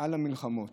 ועל המלחמות.